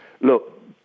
Look